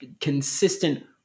consistent